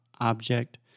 object